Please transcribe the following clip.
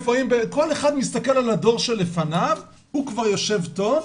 כל אחד מסתכל על הדור שלפניו, הוא כבר יושב טוב,